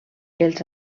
els